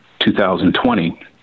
2020